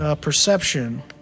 Perception